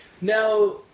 Now